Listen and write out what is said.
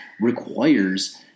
requires